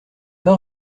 pas